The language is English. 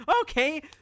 okay